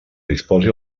disposi